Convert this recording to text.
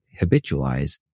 habitualize